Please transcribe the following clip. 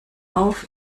auf